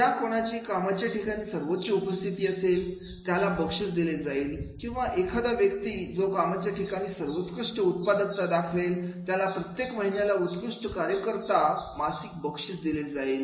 ज्या कोणाची कामाच्या ठिकाणी सर्वोच्च उपस्थिती असेल त्याला बक्षीस दिले जाईल किंवा एखादा व्यक्ती जो कामाच्या ठिकाणी सर्वोत्कृष्ट उत्पादकता दाखवेल त्याला प्रत्येक महिन्याला उत्कृष्ट कार्यकर्ता मासिक बक्षीस दिले जाईल